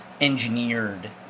engineered